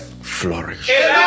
flourish